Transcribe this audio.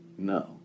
No